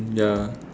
ya